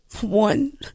one